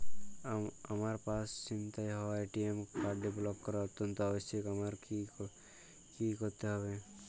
আমার পার্স ছিনতাই হওয়ায় এ.টি.এম কার্ডটি ব্লক করা অত্যন্ত আবশ্যিক আমায় কী কী করতে হবে?